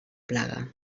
plaga